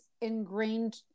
ingrained